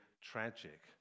tragic